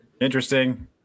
interesting